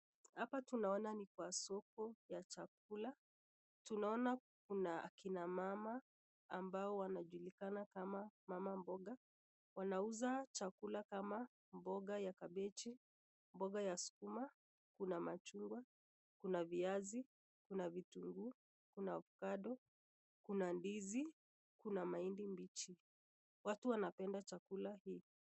Hapa tunaona ni kwa soko ya chakula tunaona ni kina mama ambao wanajulikana kama mama mboga. Wanauza chakula kama mboga ya kabeji, mboga ya sukuma, kuna machungwa, kuna viazi, kuna vitunguu, kuna ovacado kuna ndizi na kuna mahindi mbichi. Watu wanapenda chakula hii.